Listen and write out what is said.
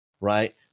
Right